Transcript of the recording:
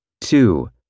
Two